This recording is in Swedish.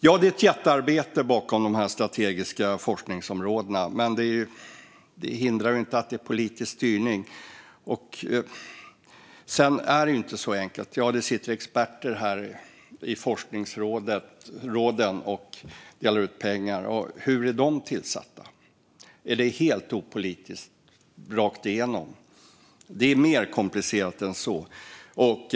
Ja, det är ett jättearbete bakom de strategiska forskningsområdena. Men det hindrar inte att det är politisk styrning. Det är inte heller så enkelt. Det sitter experter i forskningsråden och delar ut pengar. Men hur är de tillsatta? Är det helt opolitiskt rakt igenom? Det är mer komplicerat än så.